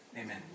Amen